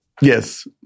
Yes